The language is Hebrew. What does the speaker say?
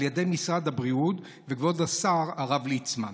על ידי משרד הבריאות וכבוד השר הרב ליצמן,